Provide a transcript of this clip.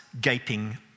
gaping